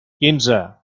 quinze